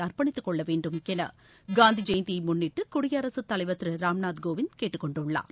அர்ப்பணித்துக் கொள்ள வேண்டும் என காந்தி ஜெயந்தியை முன்னிட்டு குடியரசுத்தலைவர் திரு ராம்நாத் கோவிந்த் கேட்டுக் கொண்டுள்ளார்